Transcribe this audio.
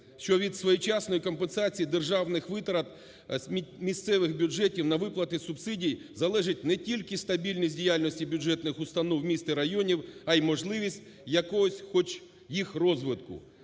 що від своєчасної компенсації державних витрат місцевих бюджетів на виплати субсидій залежить не тільки стабільність діяльності бюджетних установ міст і районів, а й можливість якогось хоч їх розвитку.